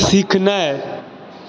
सीखनाइ